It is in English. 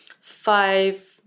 five